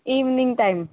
evening time